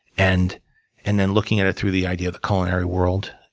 and and then looking at it through the idea of the culinary world,